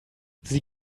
sie